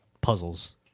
puzzles